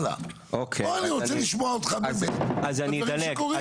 אני רוצה לשמוע אותך בדברים שקורים פה.